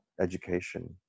education